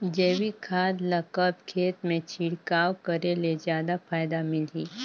जैविक खाद ल कब खेत मे छिड़काव करे ले जादा फायदा मिलही?